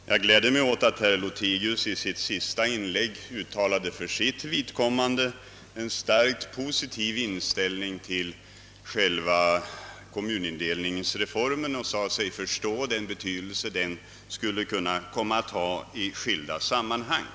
Herr talman! Jag gläder mig åt att herr Lothigius i sitt senaste inlägg uttryckte en starkt positiv inställning till själva kommunindelningsreformen och sade sig förstå den betydelse den skulle kunna komma att ha i skilda sammanhang.